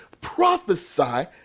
prophesy